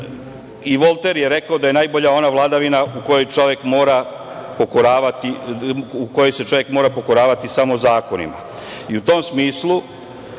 i Volter je rekao da je najbolja ona vladavina u kojoj se čovek mora pokoravati samo zakonima.